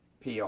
PR